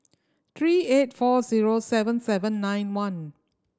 three eight four zero seven seven nine one